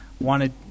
Wanted